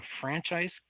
franchise